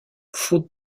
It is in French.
faute